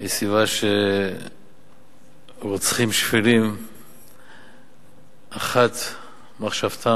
היא סביבה של רוצחים שפלים שאחת מחשבתם: